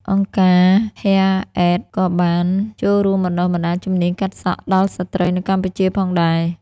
អង្គការ ហ៊ែរ អេត Hair Aid ក៏បានចូលរួមបណ្តុះបណ្តាលជំនាញកាត់សក់ដល់ស្ត្រីនៅកម្ពុជាផងដែរ។